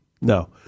no